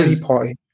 party